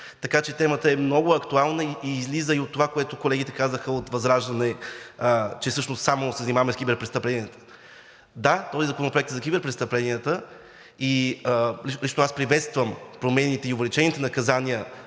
Така че темата е много актуална и излиза и от това, което колегите от ВЪЗРАЖДАНЕ казаха, че всъщност само се занимаваме с киберпрестъпления. Да, този законопроект е за киберпрестъпленията и лично аз приветствам промените и увеличените наказания